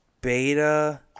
Beta